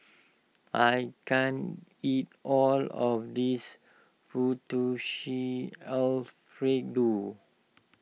I can't eat all of this Fettuccine Alfredo